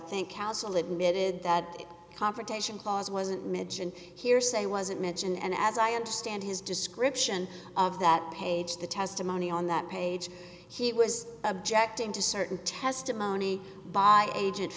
that the confrontation clause wasn't mentioned hearsay wasn't mentioned and as i understand his description of that page the testimony on that page he was objecting to certain testimony by agent